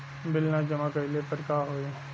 Bill न जमा कइले पर का होई?